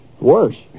Worse